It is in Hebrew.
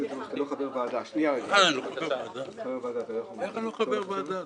זה אחרת מאשר מישהי שיכולה להרשות לעצמה חודש-חודשיים לחפש.